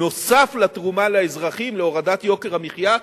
נוסף על התרומה לאזרחים להורדת יוקר המחיה,